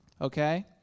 Okay